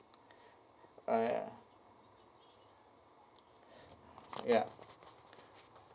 ah ya ya